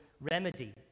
remedy